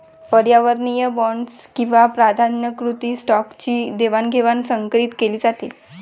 परिवर्तनीय बॉण्ड्स किंवा प्राधान्यकृत स्टॉकची देवाणघेवाण संकरीत केली जाते